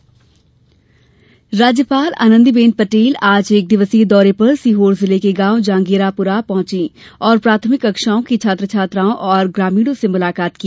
राज्यपाल दौरा मध्यप्रदेश की राज्यपाल आनंदीबेन पटेल आज एक दिवसीय दौरे पर सीहोर जिले के गांव जहांगीरपुरा पहुंची और प्राथमिक कक्षाओं की छात्राओं व ग्रामीणों से मुलाकात की